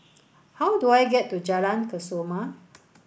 how do I get to Jalan Kesoma